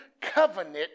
covenant